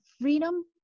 freedom